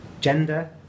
gender